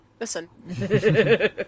Listen